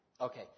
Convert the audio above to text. Okay